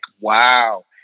wow